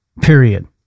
Period